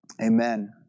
amen